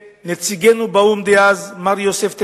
לנציגנו באו"ם דאז מר יוסף תקוע,